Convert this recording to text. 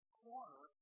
corner